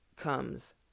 comes